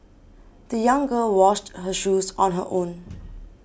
the young girl washed her shoes on her own